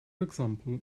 example